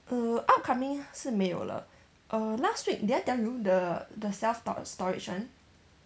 err upcoming 是没有了 err last week did I tell you the the self-stor~ storage one